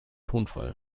tonfall